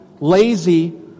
lazy